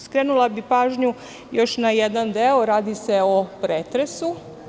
Skrenula bih pažnju još na jedan deo, a radi se o pretresu.